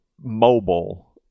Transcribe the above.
mobile